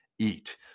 eat